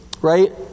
right